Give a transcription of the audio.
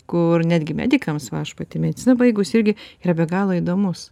kur netgi medikams va aš pati mediciną baigus irgi yra be galo įdomus